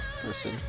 person